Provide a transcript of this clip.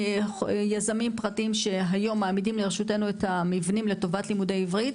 יזמים פרטיים שהיום מעמידים לרשותנו את המבנים לטובת לימודי עברית.